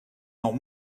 dans